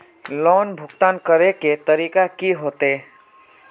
Loan भुगतान करे के तरीका की होते?